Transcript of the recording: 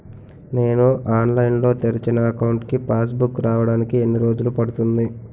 నేను ఆన్లైన్ లో తెరిచిన అకౌంట్ కి పాస్ బుక్ రావడానికి ఎన్ని రోజులు పడుతుంది?